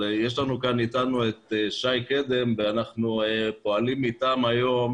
נמצא כאן אתנו שי קדם ממשרד התחבורה ואנחנו פועלים אתם היום